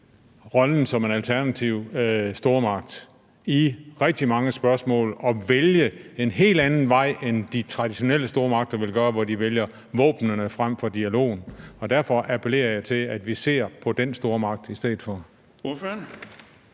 rollen som en alternativ stormagt i rigtig mange spørgsmål og vælge en helt anden vej, end de traditionelle stormagter vil gøre, hvor de vælger våbnene frem for dialogen. Og derfor appellerer jeg til, at vi ser på den stormagt i stedet for.